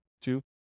Two